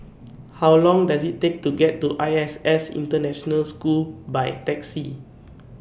How Long Does IT Take to get to I S S International School By Taxi